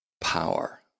power